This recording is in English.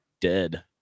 Dead